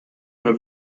have